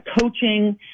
coaching